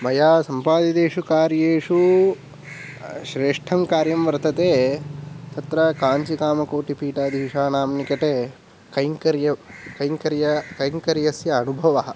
मया सम्पादितेषु कार्येषु श्रेष्ठं कार्यं वर्तते तत्र काञ्चिकामकोटिपीठाधीषाणां निकटे कैङ्कर्यस्य अनुभवः